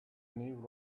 new